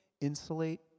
insulate